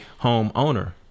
homeowner